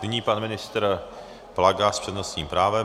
Nyní pan ministr Plaga s přednostním právem.